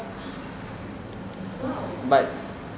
!wow!